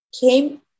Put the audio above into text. came